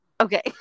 okay